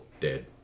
dead